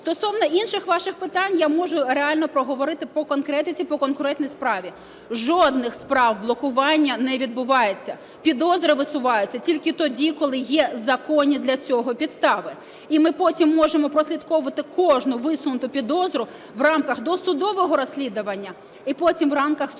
Стосовно інших ваших питань я можу реально проговорити по конкретиці, по конкретній справі. Жодних справ блокування не відбувається. Підозри висуваються тільки тоді, коли є законні для цього підстави. І ми потім можемо прослідковувати кожну висунуту підозру в рамках досудового розслідування і потім в рамках судового